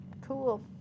cool